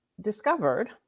discovered